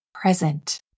present